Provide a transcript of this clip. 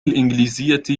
الإنجليزية